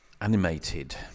animated